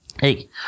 Hey